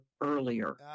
earlier